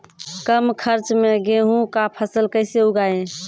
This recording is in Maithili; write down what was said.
कम खर्च मे गेहूँ का फसल कैसे उगाएं?